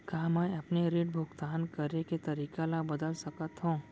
का मैं अपने ऋण भुगतान करे के तारीक ल बदल सकत हो?